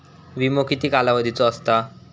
विमो किती कालावधीचो असता?